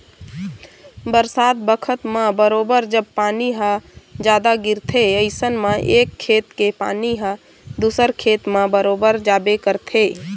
बरसात बखत म बरोबर जब पानी ह जादा गिरथे अइसन म एक खेत के पानी ह दूसर खेत म बरोबर जाबे करथे